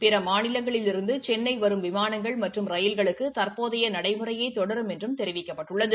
பிற மாநிலங்களிலிருந்து சென்னை வருகின்ற விமானங்கள் மற்றும் ரயில்களுக்கு தற்போதைய நடைமுறையே தொடரும் என்றும் தெரிவிக்கப்பட்டுள்ளது